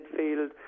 midfield